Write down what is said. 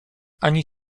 ani